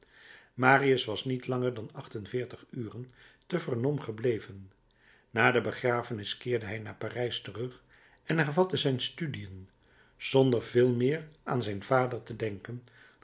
marius was niet langer dan achtenveertig uren te vernon gebleven na de begrafenis keerde hij naar parijs terug en hervatte zijn studiën zonder veel meer aan zijn vader te denken